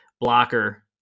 Blocker